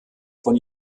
von